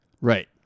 Right